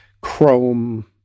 chrome